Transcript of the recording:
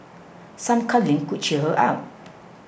some cuddling could cheer her up